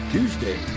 Tuesday